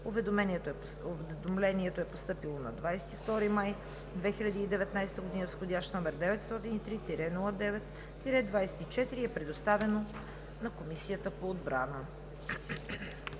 Уведомлението е постъпило на 22 май 2019 г. с вх. № 903-09-24 и е предоставено на Комисията по отбрана.